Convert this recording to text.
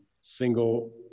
single